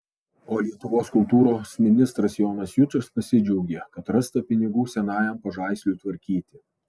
o lietuvos kultūros ministras jonas jučas pasidžiaugė kad rasta pinigų senajam pažaisliui tvarkyti